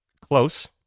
close